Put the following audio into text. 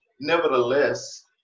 Nevertheless